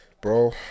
bro